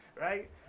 right